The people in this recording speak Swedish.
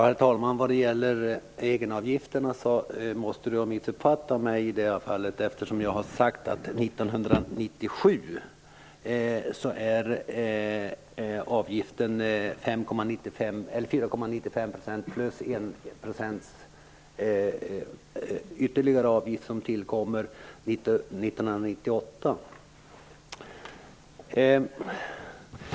Herr talman! När det gäller egenavgifterna måste Siw Wittgren-Ahl ha missuppfattat mig. Jag har sagt att 1997 är avgiften 4,95 % och att 1 % ytterligare avgift tillkommer 1998.